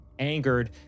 Angered